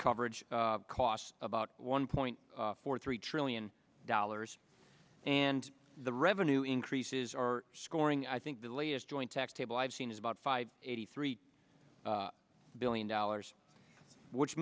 coverage costs about one point four three trillion dollars and the revenue increases are scoring i think the latest joint tax table i've seen is about five eighty three billion dollars which